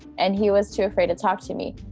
and he was too afraid to talk to me,